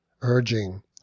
urging